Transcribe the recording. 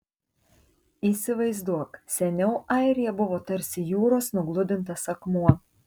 įsivaizduok seniau airija buvo tarsi jūros nugludintas akmuo